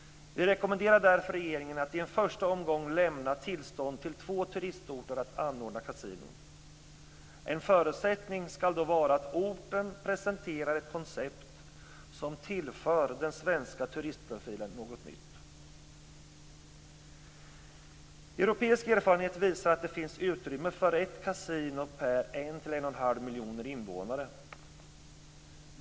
Vi rekommenderar därför regeringen att i en första omgång lämna tillstånd till två turistorter att anordna kasinon. En förutsättning skall då vara att orten presenterar ett koncept som tillför den svenska turistprofilen något nytt." Europeisk erfarenhet visar att det finns utrymme för ett kasino per 1 à 1 1⁄2 miljon invånare.